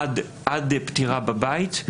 עד פטירה בבית,